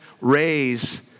raise